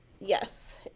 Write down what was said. yes